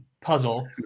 puzzle